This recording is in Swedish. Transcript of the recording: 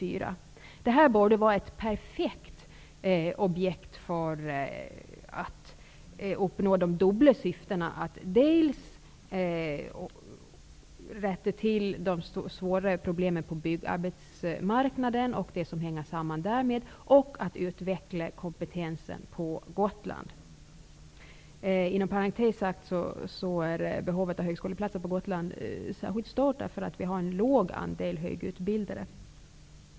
Detta objekt borde kunna betraktas som perfekt med tanke på att dubbla syften uppnås, nämligen att dels rätta till de svåra problem som finns på byggarbetsmarknaden, med sammanhängande problem, dels utveckla kompetensen på Gotland. Inom parentes sagt är behovet av högskoleplatser på Gotland särskilt stort, därför att Gotland har en låg andel högutbildade.